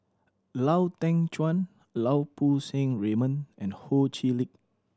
Lau Teng Chuan Lau Poo Seng Raymond and Ho Chee Lick